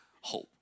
hope